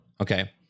Okay